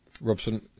Robson